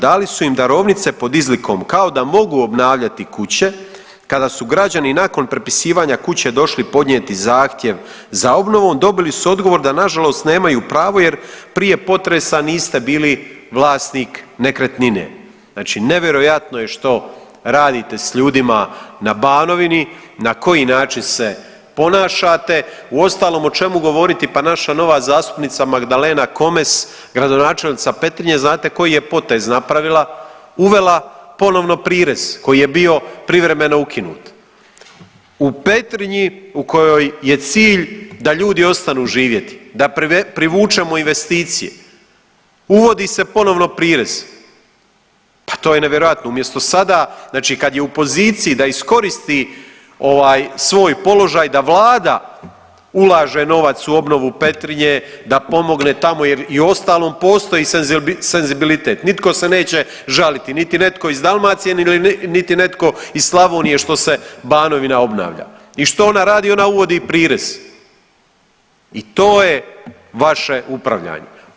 Dali su im darovnice pod izlikom kao da mogu obnavljati kuće, kada su građani nakon prepisivanja kuće došli podnijeti zahtjev za obnovom dobili su odgovor da nažalost nemaju pravo jer prije potresa niste bili vlasnik nekretnine, znači nevjerojatno je što radite s ljudima na Banovini, na koji način se ponašate, uostalom o čemu govoriti, pa naša nova zastupnica Magdalena Komes, gradonačelnica Petrinje, znate koji je potez napravila, uvela ponovno prirez koji je bio privremeno ukinut u Petrinji u kojoj je cilj da ljudi ostanu živjeti, da privučemo investicije, uvodi se ponovno prirez, pa to je nevjerojatno, umjesto sada znači kad je u poziciji da iskoristi ovaj svoj položaj da vlada ulaže novac u obnovu Petrinje, da pomogne tamo jer i uostalom postoji senzibilitet, nitko se neće žaliti, niti netko iz Dalmacije, niti netko iz Slavonije što se Banovina obnavlja i što ona radi, ona uvodi prirez i to je vaše upravljanje.